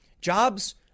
Jobs